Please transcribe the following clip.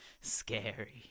Scary